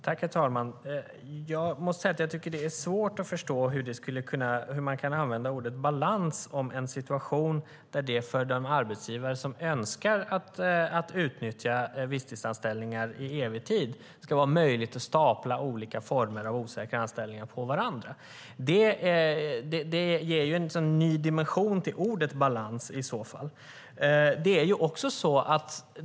Herr talman! Jag måste säga att det är svårt att förstå hur man kan använda ordet balans om en situation där det för den arbetsgivare som i all evighet önskar utnyttja visstidsanställningar ska vara möjligt att stapla olika former av osäkra anställningar på varandra. Det ger i så fall en ny dimension till ordet balans.